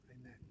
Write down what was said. Amen